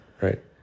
right